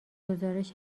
گزارش